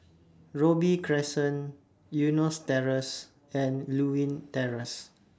Robey Crescent Eunos Terrace and Lewin Terrace